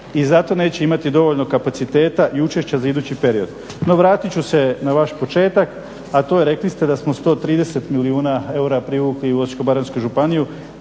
i zato neće imati dovoljno kapaciteta i učešća za idući period. No, vratit ću se na vaš početak, a to je rekli ste da smo 130 milijuna eura privukli u Osječko-baranjsku županiju.